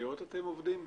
אתם עובדים דרך העיריות?